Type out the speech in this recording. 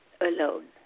alone